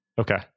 Okay